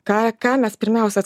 ką ką mes pirmiausia